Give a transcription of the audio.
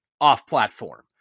off-platform